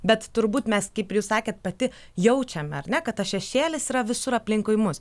bet turbūt mes kaip ir jūs sakėt pati jaučiame ar ne kad tas šešėlis yra visur aplinkui mus